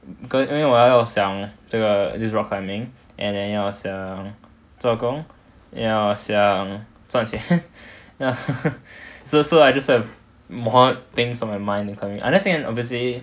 可能因为我要想这个 this rock climbing and then 要想做工要想赚钱 so so I just have more things on my mind currently unless you can obviously